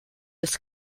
des